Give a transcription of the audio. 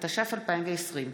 התש"ף 2020,